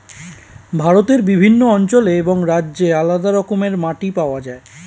ভারতের বিভিন্ন অঞ্চলে এবং রাজ্যে আলাদা রকমের মাটি পাওয়া যায়